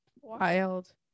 wild